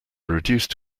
reduced